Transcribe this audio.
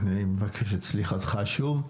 מבקש את סליחתך שוב.